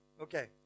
Okay